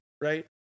right